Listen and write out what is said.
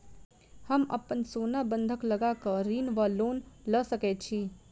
हम अप्पन सोना बंधक लगा कऽ ऋण वा लोन लऽ सकै छी?